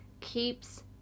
keeps